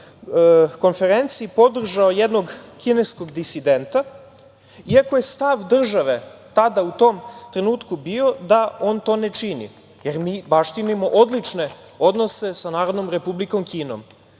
konferenciji podržao jednog kineskog disidenta, iako je stav države tada u tom trenutku bio da on to ne čini, jer mi baštinimo odlične odnose sa Narodnom Republikom Kinom.